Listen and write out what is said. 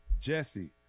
jesse